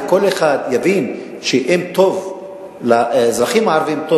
וכל אחד יבין שאם טוב לאזרחים הערבים טוב